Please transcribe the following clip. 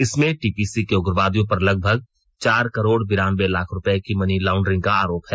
इसमें टीपीसी के उग्रवादियों पर लगभग चार करोड़ बिरान्बे लाख रुपए की मनी लाउंड्रिंग का आरोप है